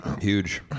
Huge